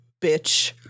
bitch